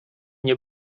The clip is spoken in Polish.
nie